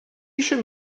eisiau